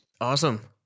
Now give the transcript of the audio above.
Awesome